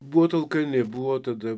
buvo talka nebuvo tada